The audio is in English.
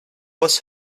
was